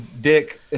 dick